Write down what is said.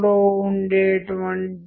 నా తల్లిదండ్రులకు కొంతమంది స్నేహితులకు